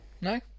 No